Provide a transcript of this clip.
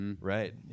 Right